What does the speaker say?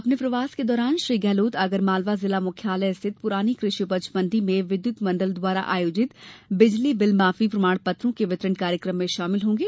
अपने प्रवास के दौरान श्री गेहलोत आगरमालवा जिला मुख्यालय स्थित पुरानी कृषि उपज मंडी में विद्युत मंडल द्वारा आयोजित बिजली बिल माफी प्रमाण पत्रों का वितरण कार्यक्रम में शामिल होगें